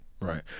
right